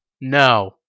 No